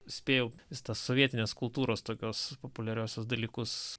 spėjau vis tas sovietinės kultūros tokios populiariosios dalykus